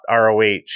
ROH